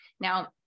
Now